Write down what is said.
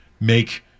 make